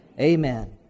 Amen